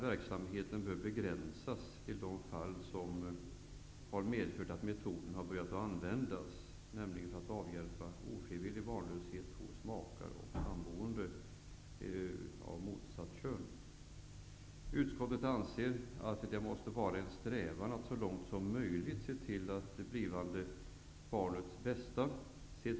Verksamheten bör begränsas till de fall som har medfört att metoden börjat användas, nämligen för att avhjälpa ofrivillig barnlöshet hos makar och samboende av motsatt kön. Utskottet anser att det måste vara en strävan att så långt som möjligt se till det blivande barnets bästa.